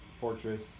fortress